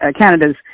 Canada's